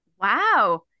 Wow